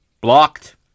Blocked